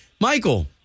Michael